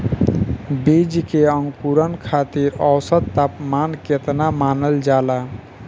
बीज के अंकुरण खातिर औसत तापमान केतना मानल जाला?